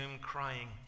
crying